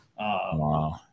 Wow